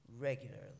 regularly